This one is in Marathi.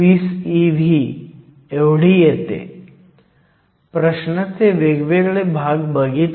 n बाजू जी कंडक्शन बँडच्या खाली 0